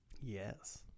Yes